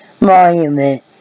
monument